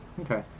Okay